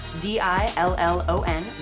D-I-L-L-O-N